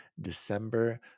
december